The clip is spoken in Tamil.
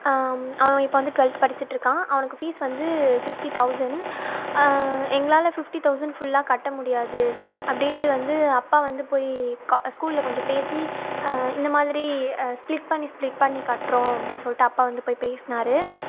அவன் இப்போ வந்து டுவெல்த் படிச்சுட்ருக்கான் அவனுக்கு ஃபீஸ் வந்து ஃப்ஃப்டி தௌசண்ட் எங்களால் ஃப்ஃப்டி தௌசண்ட் ஃபுல்லாக கட்ட முடியாது அப்படின்ட்டு வந்து அப்பா வந்து போய் ஸ்கூலில் கொஞ்சம் பேசி இந்தமாதிரி ஸ்பிளிட் பண்ணி ஸ்பிளிட் பண்ணி கட்டுறோம் அப்படினு சொல்லிட்டு அப்பா வந்து போய் பேசினாரு